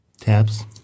Tabs